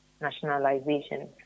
nationalization